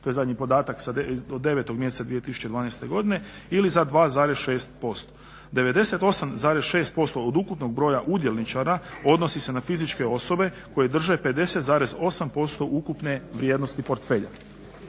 To je zadnji podatak od 9 mjeseca 2012. godine ili za 2,6%. 98,6% od ukupnog broja udjelničara odnosi se na fizičke osobe koje drže 50,8% ukupne vrijednosti portfelja.